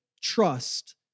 trust